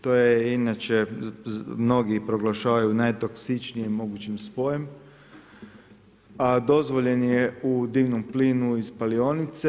To je inače mnogi proglašavaju najtoksičnijim mogućim spojem, a dozvoljen je u dimnom plinu i spalionice.